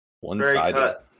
One-sided